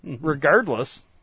regardless